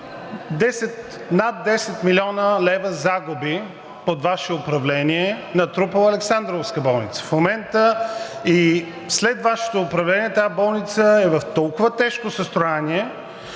над 10 млн. лв. загуби под Ваше управление е натрупала Александровска болница. В момента и след Вашето управление тази болница е в толкова тежко състояние,